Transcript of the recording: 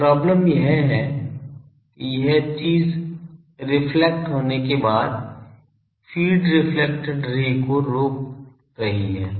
अब प्रॉब्लम यह है कि यह चीज़ रिफ्लेक्ट होने के बाद फ़ीड रेफ्लेक्टेड रे को रोक रही है